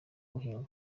guhinga